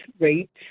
rates